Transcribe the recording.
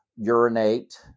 urinate